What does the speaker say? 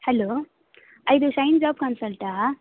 hello ಇದು Shine job consultant